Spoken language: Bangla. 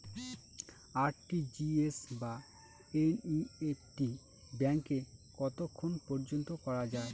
আর.টি.জি.এস বা এন.ই.এফ.টি ব্যাংকে কতক্ষণ পর্যন্ত করা যায়?